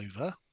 over